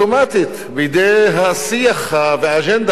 בשיח ובאג'נדה הרווחת כאן,